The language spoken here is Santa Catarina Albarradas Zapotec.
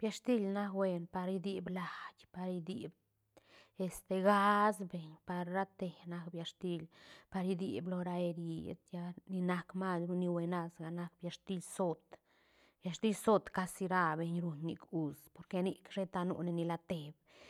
Biash til nac buen par diip lait par diip este ghas beñ par ra te nac biash til par diip lo ra erid lla ni nac mas ru ni huenas ga nac biash til zoot biash til zoot casi ra beñ ruñ nic us porque nic sheta nu nila te